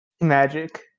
magic